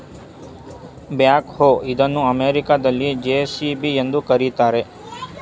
back ಹೋ ಇದನ್ನು ಅಮೆರಿಕದಲ್ಲಿ ಜೆ.ಸಿ.ಬಿ ಎಂದು ಕರಿತಾರೆ